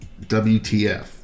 WTF